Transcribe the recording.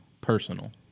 personal